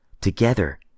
together